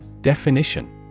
Definition